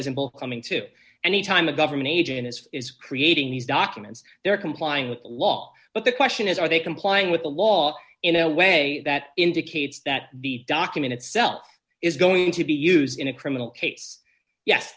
simple coming to any time a government agent as is creating these documents they're complying with the law but the question is are they complying with the law in a way that indicates that the document itself is going to be used in a criminal case yes